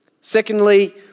Secondly